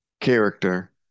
character